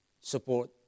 support